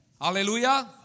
Hallelujah